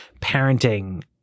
parenting